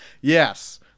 Yes